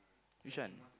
which one